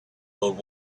old